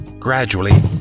Gradually